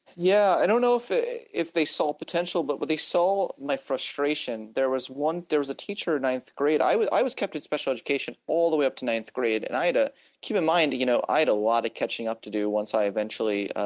yeah, i don't know if if they saw potential, but but they saw my frustration. there was one, there was a teacher in ninth grade. i was i was kept in special education all the way up to ninth grade, and i had a keen mind you know, i had a lot of catching up to do once i eventually